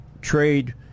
trade